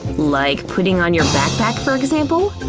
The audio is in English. like putting on your backpack, for example.